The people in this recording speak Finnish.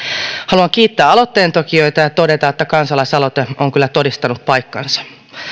haluan kiittää aloitteentekijöitä ja todeta että kansalaisaloite on kyllä todistanut paikkansa